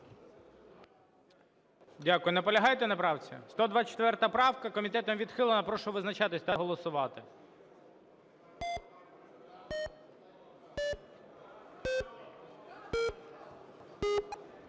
Дякую. Наполягаєте на правці? 124 правка комітетом відхилена. Прошу визначатись та голосувати.